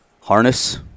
harness